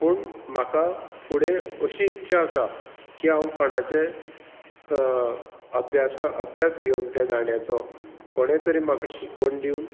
पूण म्हाका फुडें अशी इच्छा आसा की हांव कोणाचे अभ्यासा अभ्यास घेवन त्या गाण्याचो कोणे तरी म्हाका शिकवण दिवन